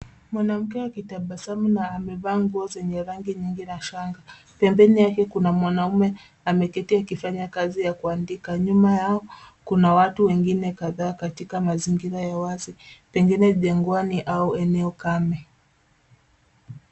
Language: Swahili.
Mwanamke akitabasamu na amevaa nguo zenye rangi nyingi na shanga. Pembeni yake kuna mwanaume ameketi akifanya Kazi ya kuandika. Nyuma yao kuna watu wengine kadhaa, katika mazingira ya wazi, pengine jangwani au eneo kame.